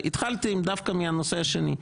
והתחלתי דווקא מהנושא השני.